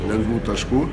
lengvų taškų